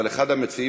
אבל אחד המציעים,